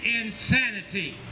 insanity